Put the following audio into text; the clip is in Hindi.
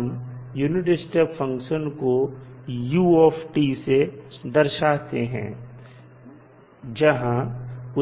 हम यूनिट स्टेप फंक्शन को u से दर्शाते हैं जहां